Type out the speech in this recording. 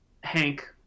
Hank